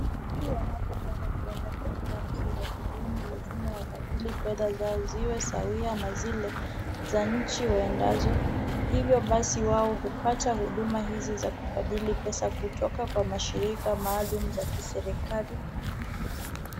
Mtu anapotaka kuenda katika nchi za kigeni, lazima abadili fedha zao ziwe sawia na zile za nchi uendazo. Hivyo basi wao hupata huduma hizi za kubadili pesa kutoka kwenye mashirika maalum za kiserekali.